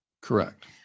Correct